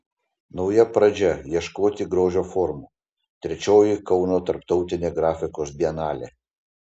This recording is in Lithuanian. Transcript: nauja pradžia ieškoti grožio formų trečioji kauno tarptautinė grafikos bienalė